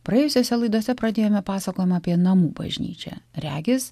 praėjusiose laidose pradėjome pasakojimą apie namų bažnyčią regis